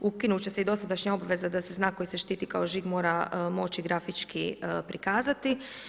ukinut će se i dosadašnja obveza da se znak koji se štiti kao žig mora moći grafički prikazati.